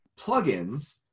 plugins